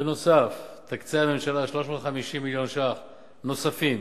בנוסף תקצה הממשלה 350 מיליון שקלים נוספים